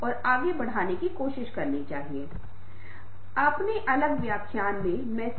तो ये पांच लोग हैं जिन्होंने इस पूरे सॉफ्ट स्किल कोर्स को सफल बनाने में मदद की है